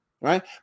Right